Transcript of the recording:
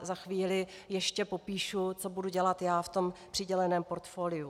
Za chvíli ještě popíšu, co budu dělat já v tom přiděleném portfoliu.